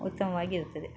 ಉತ್ತಮವಾಗಿರ್ತದೆ